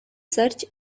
search